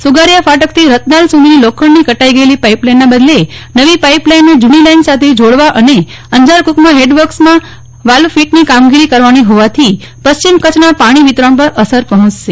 સુગારીયા ફાટકથી રતનાવ સુધીની લોખંડની કટાઈ ગયેલી પાઈપલાઈનના બદવે નવી પાઈપ લાઈનને જુની લાઈન સાથે જોડવા વર્કસમાં વાલ્વ ફીટની કામગીરી કરવાની હોવાથી પશ્ચિમ કચ્છના પાણી વિતરણ પર અસર પહોંયશે